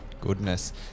Goodness